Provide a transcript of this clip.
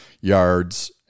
yards